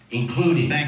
including